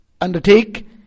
undertake